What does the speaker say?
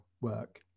work